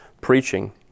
preaching